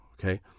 Okay